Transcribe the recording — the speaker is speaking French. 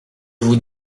vous